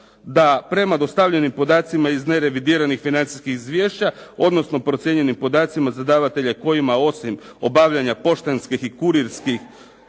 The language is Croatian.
da prema dostavljenim podacima iz nerevidiranih financijskih izvješća, odnosno procijenjenim podacima za davatelje kojima osim obavljanja poštanskih i kurirskih